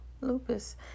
lupus